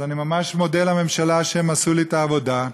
אז אני ממש מודה לממשלה שהם עשו לי את העבודה.